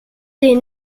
des